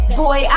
boy